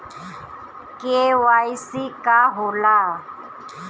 KYC का होला?